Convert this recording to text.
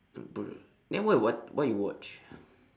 bruh then why what what you watch